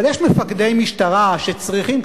אבל יש מפקדי משטרה שצריכים,